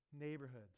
neighborhoods